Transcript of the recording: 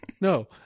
No